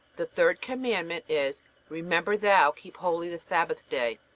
the third commandment is remember thou keep holy the sabbath day